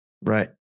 Right